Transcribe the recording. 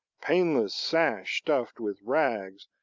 paneless sash stuffed with rags,